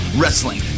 wrestling